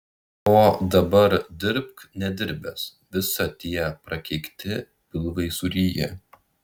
o dabar dirbk nedirbęs visa tie prakeikti pilvai suryja